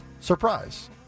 Surprise